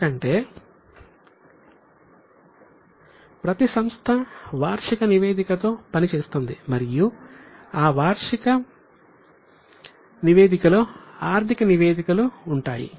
ఎందుకంటే ప్రతి సంస్థ వార్షిక నివేదికతో వస్తుంది మరియు ఆ వార్షిక నివేదికలో ఆర్థిక నివేదికలు ఉంటాయి